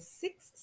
six